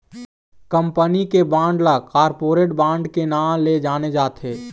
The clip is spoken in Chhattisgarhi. कंपनी के बांड ल कॉरपोरेट बांड के नांव ले जाने जाथे